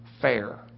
fair